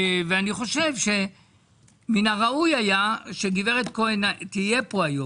ואני חושב שמן הראוי היה שגב' כהן תהיה פה היום.